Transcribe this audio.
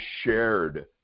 shared